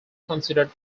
considered